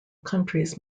countries